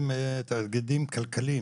תאגידים כלכליים